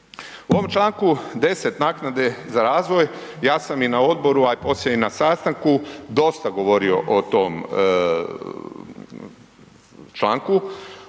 U ovom članku 10. Naknade za razvoj, ja sam i na odboru a i poslije i na sastanku dosta govorio o tom članku,